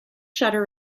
shutter